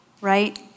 right